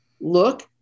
look